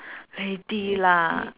lady lah